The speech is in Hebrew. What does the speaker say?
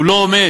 הוא לא עומד.